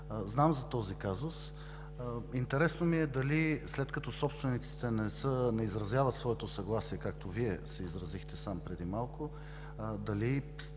Знам за този казус. Интересно ми е дали, след като собствениците не изразяват своето съгласие, както Вие сам се изразихте преди малко, има